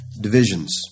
divisions